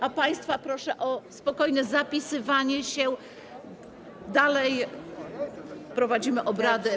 A państwa proszę o spokojne zapisywanie się, dalej prowadzimy obrady.